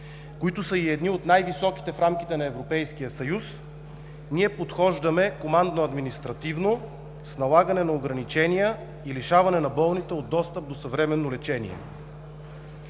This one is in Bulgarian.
които са и едни от най-високите в рамките на Европейския съюз, ние подхождаме командно-административно с налагане на ограничения и лишаване на болните от достъп до съвременно лечение.